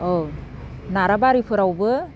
औ नाराबारिफोरावबो